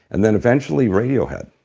and then eventually radiohead.